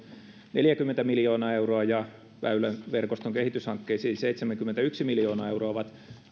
neljäkymmentä miljoonaa euroa ja väyläverkoston kehityshankkeisiin seitsemänkymmentäyksi miljoonaa euroa ovat